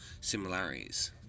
similarities